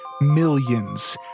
millions